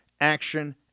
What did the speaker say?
action